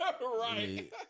Right